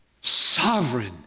Sovereign